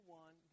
one